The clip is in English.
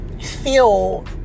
feel